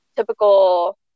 typical